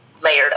layered